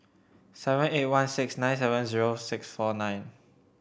seven eight one six nine seven zero six four nine